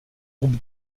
groupe